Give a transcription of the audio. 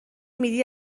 میدی